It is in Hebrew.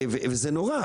וזה נורא.